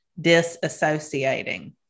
disassociating